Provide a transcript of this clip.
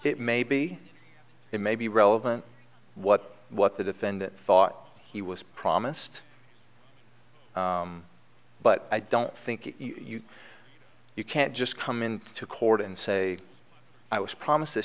it may be it may be relevant what what the defendant thought he was promised but i don't think you can't just come in to court and say i was promised th